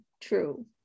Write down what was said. true